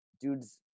dude's